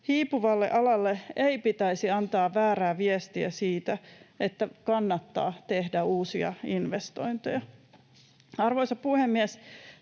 Hiipuvalle alalle ei pitäisi antaa väärää viestiä siitä, että kannattaa tehdä uusia investointeja. Arvoisa puhemies!